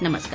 नमस्कार